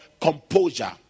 composure